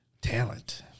talent